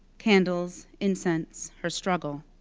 candles, incense, her struggle,